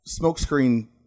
smokescreen